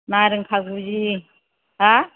नारें खाजि हा